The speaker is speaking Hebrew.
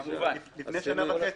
לפני שנה וחצי.